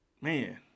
man